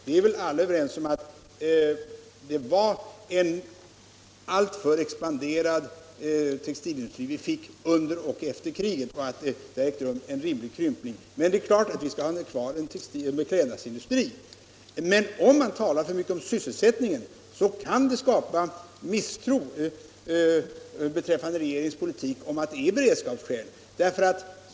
Vi är väl alla överens om att textilindustrin expanderade för mycket under och efter kriget. Därefter har en rimlig krympning ägt rum. Men vi skall givetvis ha kvar en beklädnadsindustri. Talar man för mycket om sysselsättningen, kan det emellertid skapa misstro mot regeringens tal om beredskapsskäl.